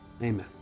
Amen